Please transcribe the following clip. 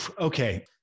okay